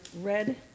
red